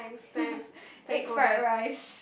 egg fried rice